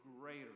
greater